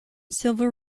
silver